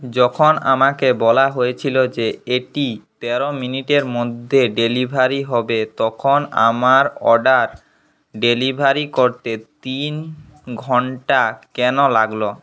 যখন আমাকে বলা হয়েছিল যে এটি তেরো মিনিটের মধ্যে ডেলিভারি হবে তখন আমার অর্ডার ডেলিভারি করতে তিন ঘন্টা কেন লাগলো